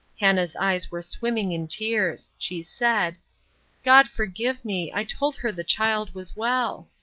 hannah's eyes were swimming in tears. she said god forgive me, i told her the child was well!